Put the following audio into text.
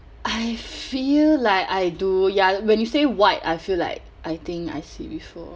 I feel like I do ya when you say white I feel like I think I see before